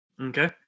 Okay